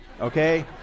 okay